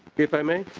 if i may